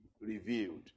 revealed